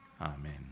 Amen